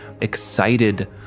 excited